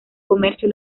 comercio